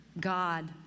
God